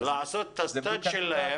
לעשות את ההתמחות שלהם,